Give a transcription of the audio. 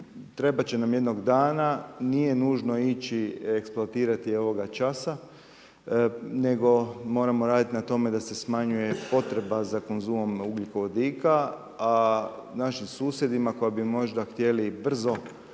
trebati će nam jednog dana, nije nužno ići eksploatirati ovoga časa, nego moramo raditi na tome da se smanjuje potreba za konzumom ugljikovodika a našim susjedima koji bi možda htjeli brzo